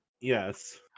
Yes